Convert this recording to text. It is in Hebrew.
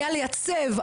היה לייצב,